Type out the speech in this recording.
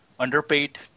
underpaid